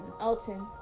Elton